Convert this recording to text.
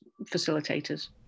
facilitators